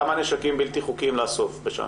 כמה נשקים בלתי-חוקיים לאסוף בשנה?